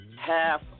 Half